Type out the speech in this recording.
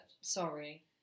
sorry